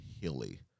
hilly